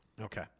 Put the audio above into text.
Okay